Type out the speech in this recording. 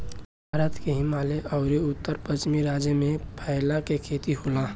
भारत के हिमालय अउर उत्तर पश्चिम राज्य में फैला के खेती होला